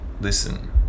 listen